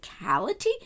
physicality